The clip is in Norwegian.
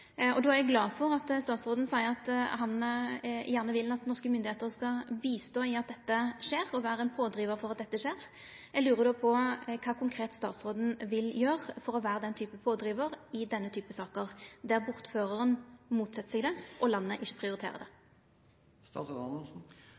er glad for at statsråden seier at han gjerne vil at norske myndigheiter skal hjelpa til for at dette skjer og skal vera ein pådrivar for at dette skjer. Eg lurar på kva statsråden konkret vil gjera for å vera den typen pådrivar i denne typen saker – der bortføraren motset seg det og landet ikkje prioriterer det?